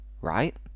right